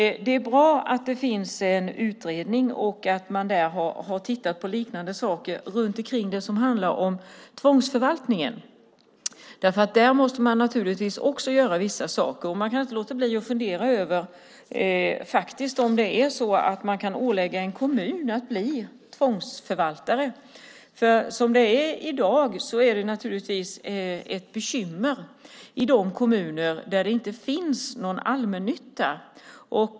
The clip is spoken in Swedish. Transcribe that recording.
Det är bra att det finns en utredning och att man där har tittat på liknande saker kring det som handlar om tvångsförvaltningen. Där måste man nämligen också göra vissa saker, och man kan inte låta bli att fundera över om man faktiskt kan ålägga en kommun att bli tvångsförvaltare. Som det är i dag är det naturligtvis ett bekymmer i de kommuner där de inte finns någon allmännytta.